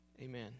amen